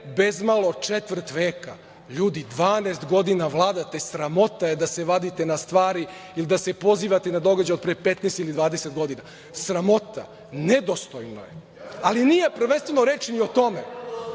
bezmalo četvrt veka. Ljudi, 12 godina vladate. Sramota je da se vadite na stvari i da se pozivate na događaje od pre 15 ili 20 godina. Sramota, nedostojno je. Ali, nije prvenstveno reč ni o tome